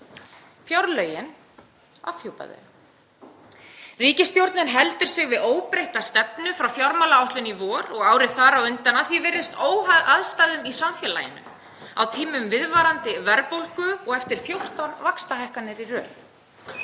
Fjárlögin afhjúpa þau. Ríkisstjórnin heldur sig við óbreytta stefnu frá fjármálaáætlun í vor og árið þar á undan, að því er virðist óháð aðstæðum í samfélaginu, á tímum viðvarandi verðbólgu og eftir fjórtán vaxtahækkanir í röð.